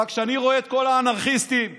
אבל כשאני רואה את כל האנרכיסטים שעולים,